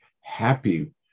happy